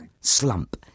slump